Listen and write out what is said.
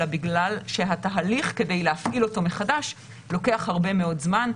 אלא בגלל שהתהליך כדי להפעיל אותו מחדש לוקח הרבה מאוד זמן.